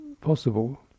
possible